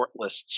shortlists